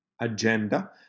agenda